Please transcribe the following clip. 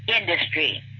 industry